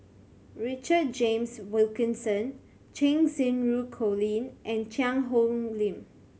Richard James Wilkinson Cheng Xinru Colin and Cheang Hong Lim